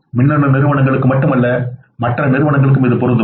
மின்னணு நிறுவனங்களுக்கும் மட்டுமல்ல மற்ற நிறுவனங்களுக்கும் இது பொருந்தும்